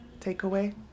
takeaway